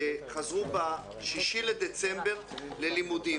חזרו ב-6 בדצמבר ללימודים.